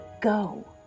go